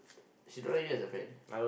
she don't like you as a friend